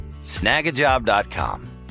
snagajob.com